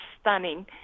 stunning